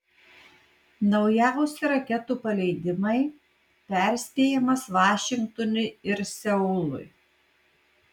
naujausi raketų paleidimai perspėjimas vašingtonui ir seului